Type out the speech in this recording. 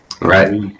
Right